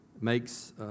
makes